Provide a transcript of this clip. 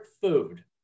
food